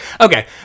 Okay